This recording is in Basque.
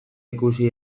ikusi